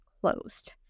closed